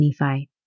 Nephi